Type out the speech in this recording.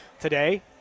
today